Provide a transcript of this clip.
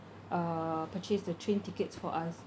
uh purchase the train tickets for us